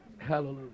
Hallelujah